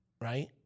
right